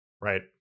Right